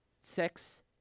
Six